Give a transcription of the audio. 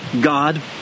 God